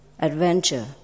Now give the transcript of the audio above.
Adventure